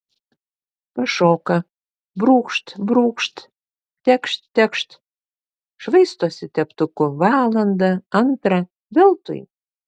pašoka brūkšt brūkšt tekšt tekšt švaistosi teptuku valandą antrą veltui